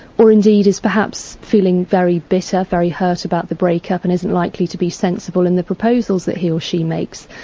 or indeed is perhaps feeling very bitter, very hurt about the break-up and isn't likely to be sensible in the proposals that he or she makes,